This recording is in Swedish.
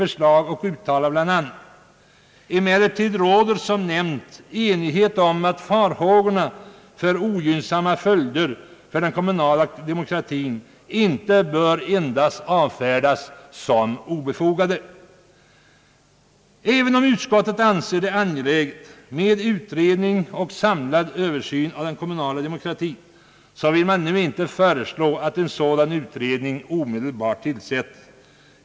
Utskottet uttalar bl.a.: »Emellertid råder som nämnts enighet inom utskottet om att farhågorna för ogynnsamma följder för den kommunala demokratin inte bör avfärdas som obefogade.» Även om utskottet anser det angeläget med utredning och samlad översyn av den kommunala demokratin, vill man nu inte föreslå att en sådan utredning omedelbart tillsättes.